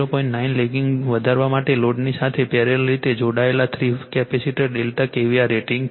9 lagging વધારવા માટે લોડની સાથે પેરેલલ રીતે જોડાયેલા થ્રી કેપેસિટર ડેલ્ટાના kVAr રેટિંગ છે